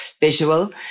visual